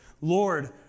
Lord